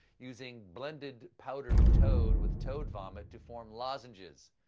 using blended powdered toad with toad vomit to form lozenges,